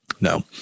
No